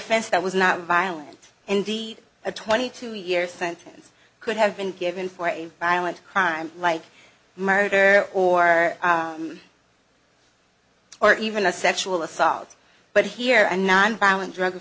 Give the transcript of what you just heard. offense that was not violent indeed a twenty two year sentence could have been given for a violent crime like murder or or even a sexual assault but here are nonviolent drug